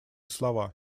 слова